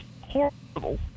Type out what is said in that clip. horrible